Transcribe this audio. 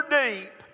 deep